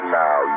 now